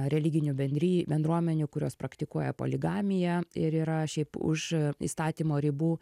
religinių bendrij bendruomenių kurios praktikuoja poligamiją ir yra šiaip už įstatymo ribų